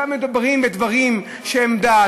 כאן מדברים בדברים שהם דת